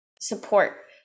support